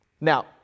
Now